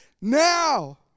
now